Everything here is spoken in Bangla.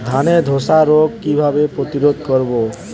ধানে ধ্বসা রোগ কিভাবে প্রতিরোধ করব?